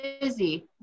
busy